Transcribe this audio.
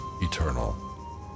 eternal